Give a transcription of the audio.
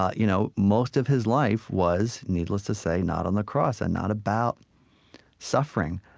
ah you know most of his life was, needless to say, not on the cross, and not about suffering.